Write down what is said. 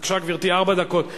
בבקשה, גברתי, ארבע דקות.